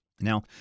now